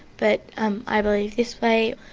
but um i believe this way.